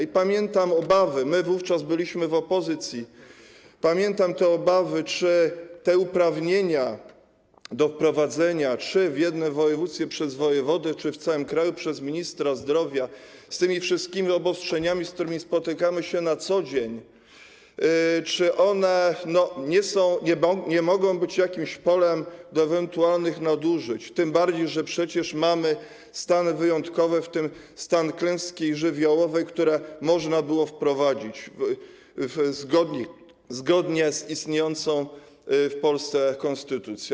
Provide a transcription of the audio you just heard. I pamiętam obawy, wówczas byliśmy w opozycji, czy te uprawnienia do wprowadzenia, czy w jednym województwie przez wojewodę, czy w całym kraju przez ministra zdrowia, z tymi wszystkimi obostrzeniami, z którymi spotykamy się na co dzień, nie mogą być jakimś polem do ewentualnych nadużyć, tym bardziej że przecież mamy stany wyjątkowe, w tym stan klęski żywiołowej, które można było wprowadzić zgodnie z istniejącą w Polsce konstytucją.